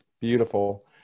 Beautiful